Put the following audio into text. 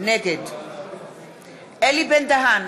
נגד אלי בן-דהן,